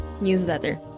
newsletter